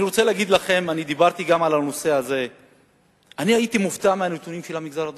אני רוצה להגיד לכם שהייתי מופתע מהנתונים של המגזר הדרוזי,